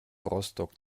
rostock